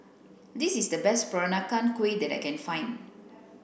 this is the best peranakan kueh that I can find